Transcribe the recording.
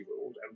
ruled